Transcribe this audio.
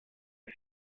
see